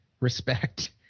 respect